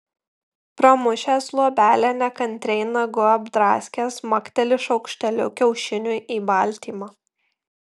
pramušęs luobelę nekantriai nagu apdraskęs makteli šaukšteliu kiaušiniui į baltymą